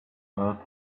earth